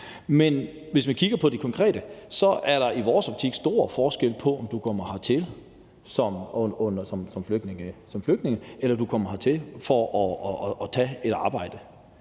Men hvis man kigger på det konkrete, er der i vores optik stor forskel på, om du kommer hertil som flygtning, eller du kommer hertil for at tage et arbejde.